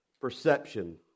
perception